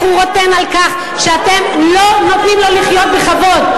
הוא רוטן על כך שאתם לא נותנים לו לחיות בכבוד.